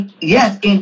Yes